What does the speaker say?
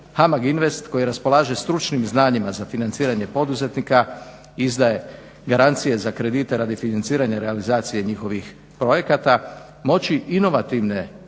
HAMAG Invest koji raspolaže stručnim znanjima za financiranje poduzetnika izdaje garancije za kredite radi financiranja realizacije njihovih projekata moći inovativne